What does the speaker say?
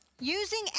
Using